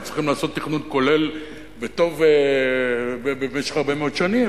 לא צריכים לעשות תכנון כולל וטוב במשך הרבה מאוד שנים,